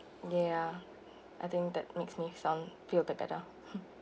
ya I think that makes me some feel bet~ better